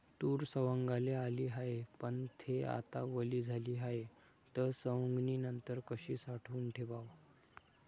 तूर सवंगाले आली हाये, पन थे आता वली झाली हाये, त सवंगनीनंतर कशी साठवून ठेवाव?